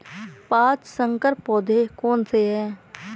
पाँच संकर पौधे कौन से हैं?